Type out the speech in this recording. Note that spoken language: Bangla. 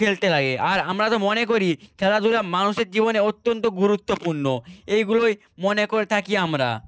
খেলতে লাগে আর আমরা তো মনে করি খেলাধূলা মানুষের জীবনে অত্যন্ত গুরুত্বপূর্ণ এইগুলোই মনে করে থাকি আমরা